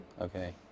Okay